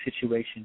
situation